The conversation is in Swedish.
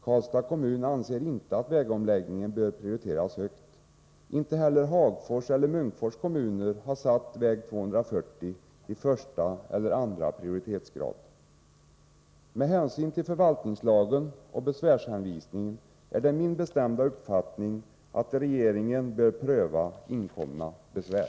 Karlstads kommun anser inte att vägomläggningen bör prioriteras högt. Inte heller Hagfors eller Munkfors kommuner har uttalat sig om någon första eller andra prioriteringsgrad när det gäller väg 240. Med hänsyn till förvaltningslagen och besvärsanvisningarna är det min bestämnda uppfattning att regeringen bör pröva inkomna besvär.